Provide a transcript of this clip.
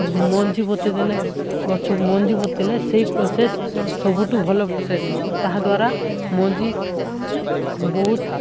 ମଞ୍ଜି ପୋତିଦେଲେ ଗଛ ମଞ୍ଜି ପୋତିଲେ ସେଇ ପ୍ରୋସେସ୍ ସବୁଠୁ ଭଲ ପ୍ରୋସେସ୍ ତାହାଦ୍ୱାରା ମଞ୍ଜି ବହୁତ